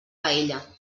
paella